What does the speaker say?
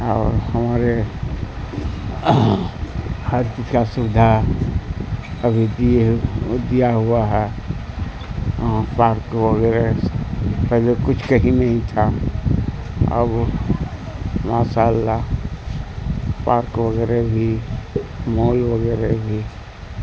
اور ہمارے ہر چیز کا سویدھا ابھی دی دیا ہوا ہے پارک وغیرہ پہلے کچھ کہیں نہیں تھا اب ماشاء اللہ پارک وغیرہ بھی مال وغیرہ بھی